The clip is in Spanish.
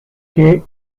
que